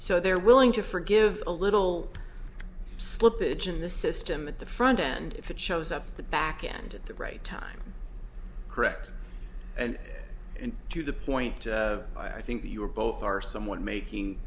so they're willing to forgive a little slippage in the system at the front end if it shows up at the backend at the right time correct and to the point i think that you are both are somewhat making